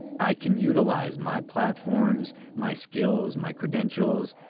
i can utilize my platforms, my skills, my credentials,